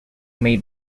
may